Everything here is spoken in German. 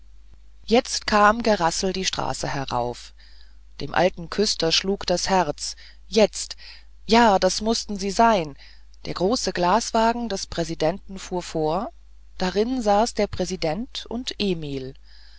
jetzt kam gerassel die straße herauf dem alten küster schlug das herz jetzt ja sie mußten es sein der große glaswagen des präsidenten fuhr vor darin saßen der präsident und emil